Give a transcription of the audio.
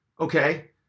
okay